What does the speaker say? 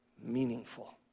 meaningful